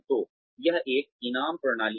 तो यह एक इनाम प्रणाली है